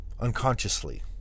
unconsciously